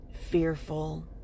fearful